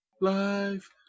Life